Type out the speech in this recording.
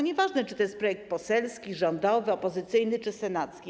Nieważne, czy to jest projekt poselski, rządowy, opozycyjny czy senacki.